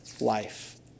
life